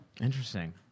Interesting